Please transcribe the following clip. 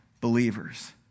believers